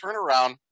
turnaround